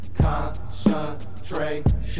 Concentration